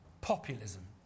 populism